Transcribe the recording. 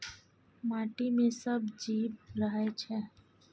माटि मे सब जीब रहय छै